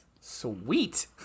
Sweet